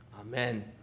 Amen